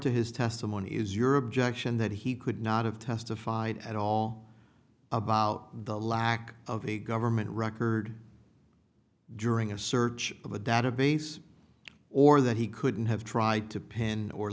to his testimony is your objection that he could not have testified at all about the lack of a government record during a search of a database or that he couldn't have tried to pin or